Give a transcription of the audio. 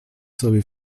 sobie